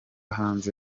hanze